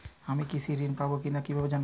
আমি কৃষি ঋণ পাবো কি না কিভাবে জানবো?